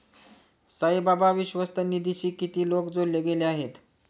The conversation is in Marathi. साईबाबा विश्वस्त निधीशी किती लोक जोडले गेले आहेत?